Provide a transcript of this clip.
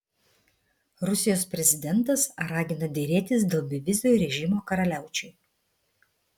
rusijos prezidentas ragina derėtis dėl bevizio režimo karaliaučiui